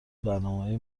برنامههای